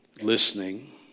listening